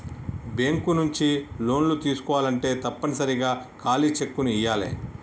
bank నుంచి లోన్లు తీసుకోవాలంటే తప్పనిసరిగా ఖాళీ చెక్కుని ఇయ్యాలే